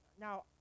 now